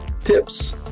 tips